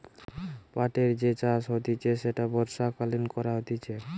পাটের যে চাষ হতিছে সেটা বর্ষাকালীন করা হতিছে